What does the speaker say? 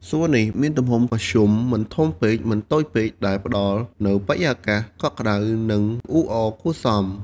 សួននេះមានទំហំមធ្យម មិនធំពេក មិនតូចពេក ដែលផ្ដល់នូវបរិយាកាសកក់ក្ដៅ និងអ៊ូអរគួរសម។